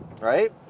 Right